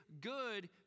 good